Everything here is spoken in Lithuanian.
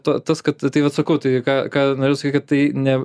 tas kad tai vat sakau tai ką ką norėjau sakyt kad tai ne